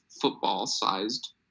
football-sized